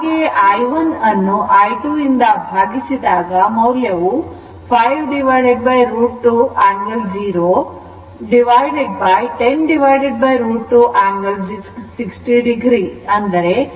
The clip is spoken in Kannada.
ಹಾಗೆಯೇ i1ಅನ್ನು i2 ಇಂದ ಭಾಗಿಸಿದಾಗ ಮೌಲ್ಯವು 5√ 2 angle 0 o 10√ 2 angle 60o0